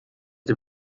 dem